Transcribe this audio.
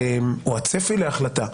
או הצפי להחלטה,